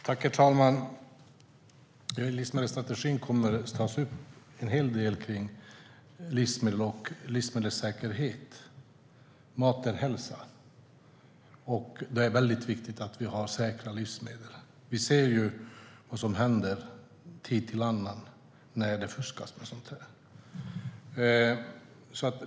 Herr talman! I livsmedelsstrategin kommer det att tas upp en hel del om livsmedelssäkerhet. Mat är hälsa, och det är mycket viktigt att vi har säkra livsmedel. Vi ser ju vad som händer tid till annan när det fuskas med sådant.